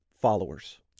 followers